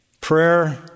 prayer